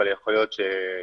אבל יכול להיות שגל,